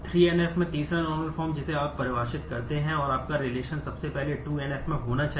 3NF में तीसरा normal form सबसे पहले 2 NF में होना चाहिए